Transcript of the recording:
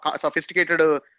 sophisticated